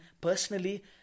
personally